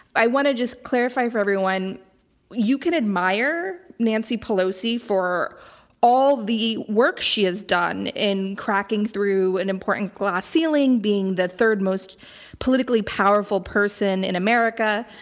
i want to just clarify for everyone you can admire nancy pelosi for all the work she has done in cracking through an important glass ceiling being the third most politically powerful person in america.